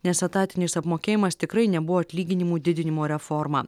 nes etatinis apmokėjimas tikrai nebuvo atlyginimų didinimo reforma